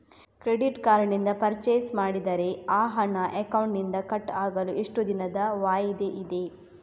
Credit card ನಿಂದ purchase ಮಾಡಿದರೆ ಆ ಹಣ ಅಕೌಂಟಿನಿಂದ ಕಟ್ ಆಗಲು ಎಷ್ಟು ದಿನದ ವಾಯಿದೆ ಇದೆ?